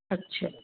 अच्छा